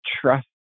trust